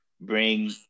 bring